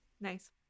Nice